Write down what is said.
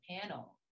panel